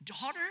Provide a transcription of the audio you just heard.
daughter